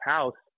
House